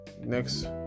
next